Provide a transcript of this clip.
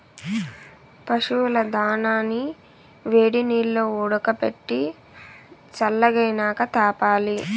పశువుల దానాని వేడినీల్లో ఉడకబెట్టి సల్లగైనాక తాపాలి